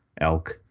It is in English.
elk